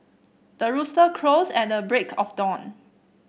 the rooster crows at the break of dawn